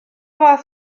fath